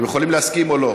אתם יכולים להסכים או לא,